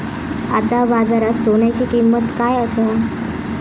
आता बाजारात सोन्याची किंमत काय असा?